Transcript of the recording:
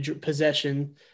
possession